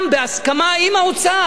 בהסכמה עם האוצר,